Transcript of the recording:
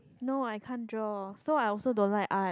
no I can't draw so I also don't like art